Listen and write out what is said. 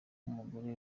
nk’umugore